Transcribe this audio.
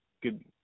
good